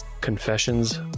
Confessions